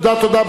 תודה.